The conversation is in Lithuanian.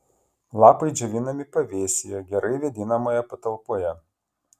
lapai džiovinami pavėsyje gerai vėdinamoje patalpoje